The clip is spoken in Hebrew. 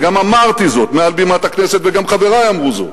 וגם אמרתי זאת מעל בימת הכנסת וגם חברי אמרו זאת,